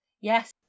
Yes